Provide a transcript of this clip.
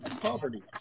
poverty